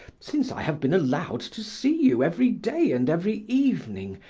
since i have been allowed to see you every day and every evening,